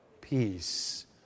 peace